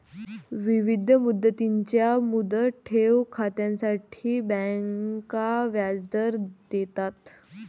विविध मुदतींच्या मुदत ठेव खात्यांसाठी बँका व्याजदर देतात